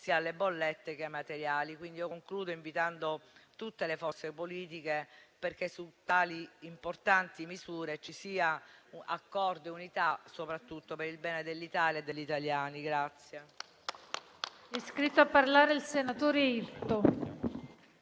sia alle bollette che ai materiali. Pertanto, concludo invitando tutte le forze politiche affinché su tali importanti misure ci siano accordo e unità, soprattutto per il bene dell'Italia e degli italiani.